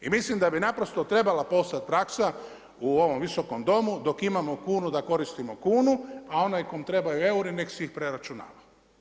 I mislim da bi naprosto trebala postojati praksa u ovom Visokom domu, dok imamo kunu, da koristimo kunu, a onaj tko traju euri nek si ih preračunava.